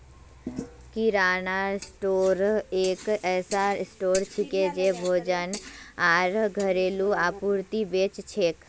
किराना store एक ऐसा store छिके जे भोजन आर घरेलू आपूर्ति बेच छेक